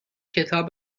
کتاب